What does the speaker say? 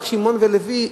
רק שמעון ולוי,